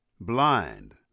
blind